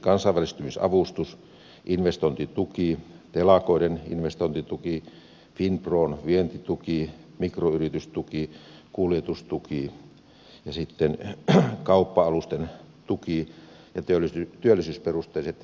kansainvälistymisavustus investointituki telakoiden investointituki finpron vientituki mikroyritystuki kuljetustuki ja sitten kauppa alusten tuki ja työllisyysperusteiset investoinnit